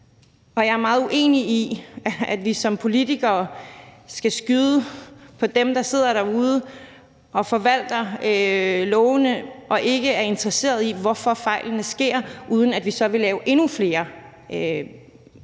Jeg er meget uenig i, at vi som politikere skal skyde på dem, der sidder derude og forvalter lovene, og at vi ikke er interesserede i, hvorfor fejlene sker, uden at vi så vil lave endnu flere